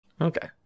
Okay